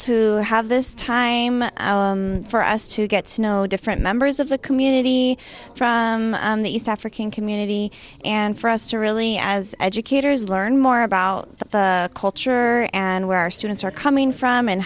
to have this time for us to get snow different members of the community on the east african community and for us to really as educators learn more about the culture and where our students are coming from and